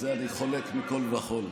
על זה אני חולק מכול וכול.